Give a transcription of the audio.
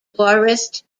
forest